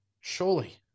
surely